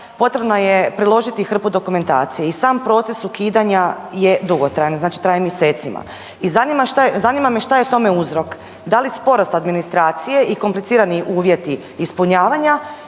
potrebno je priložiti hrpu dokumentacije i sam proces ukidanja je dugotrajan, znači traje mjesecima i zanima me što je tome uzrok, da li sporost administracije i komplicirani uvjeti ispunjavanja